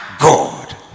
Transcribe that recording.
God